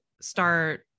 start